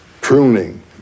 pruning